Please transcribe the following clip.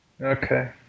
Okay